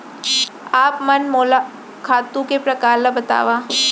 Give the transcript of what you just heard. आप मन मोला खातू के प्रकार ल बतावव?